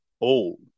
old